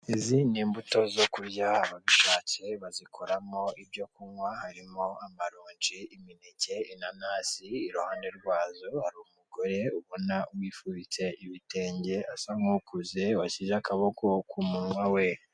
Izi ni imbuto zo kurya bazikoramo ibyo kunywa harimo amaronji, imineke, inanasi iruhande rwazo hari umugore ubona wifubitse ibitenge asa nk'ukuze washyize akaboko ku munwa we.